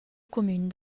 cumün